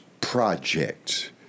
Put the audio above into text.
project